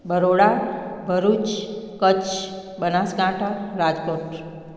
Barod Bharuch Kutch Banaskantha Rajkot